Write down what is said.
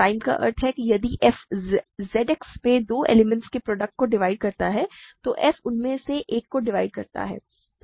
prime का अर्थ है यदि f Z X में दो एलिमेंट्स के प्रॉडक्ट को डिवाइड करता है तो f उनमें से एक को डिवाइड करता है